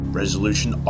resolution